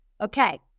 Okay